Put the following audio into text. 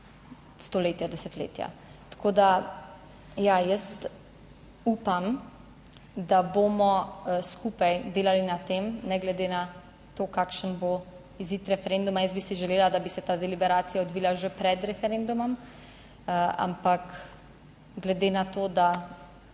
stoletja, desetletja. Tako da ja, jaz upam, da bomo skupaj delali na tem, ne glede na to kakšen bo izid referenduma. Jaz bi si želela, da bi se ta liberacija odvila že pred referendumom, ampak glede na to, da